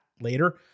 later